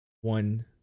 One